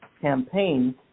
campaign